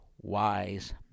wise